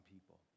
people